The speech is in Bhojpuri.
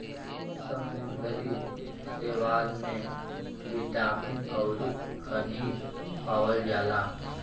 समुंदरी शैवाल में बिटामिन अउरी खनिज पावल जाला